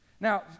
Now